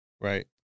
Right